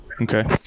okay